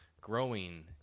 growing